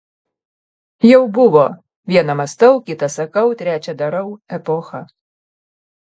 jau buvo viena mąstau kita sakau trečia darau epocha